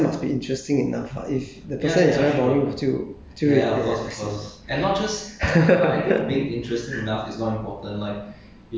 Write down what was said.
but for me I think uh to talk to someone the person must be interesting enough ah if the person is very boring 就就有点